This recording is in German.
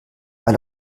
weil